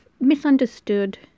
misunderstood